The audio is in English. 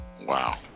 Wow